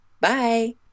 Bye